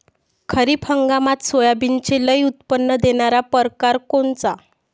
खरीप हंगामात सोयाबीनचे लई उत्पन्न देणारा परकार कोनचा?